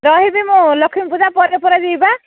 ରହିବି ମୁଁ ଲକ୍ଷ୍ମୀ ପୂଜା ପରେ ପରା ଯିବି ପା